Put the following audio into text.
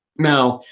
now,